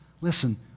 listen